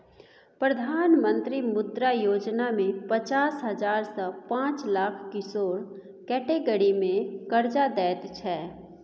प्रधानमंत्री मुद्रा योजना मे पचास हजार सँ पाँच लाख किशोर कैटेगरी मे करजा दैत छै